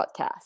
Podcast